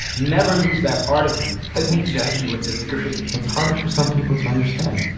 never lose that part of you i think jacki would disagree it's harder for some people to understand,